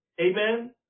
Amen